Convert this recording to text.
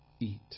eat